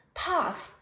path